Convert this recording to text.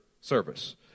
service